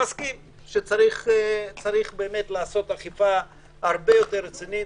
אני מסכים שצריך באמת לבצע אכיפה הרבה יותר רצינית.